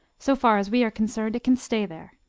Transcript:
so far as we are concerned it can stay there.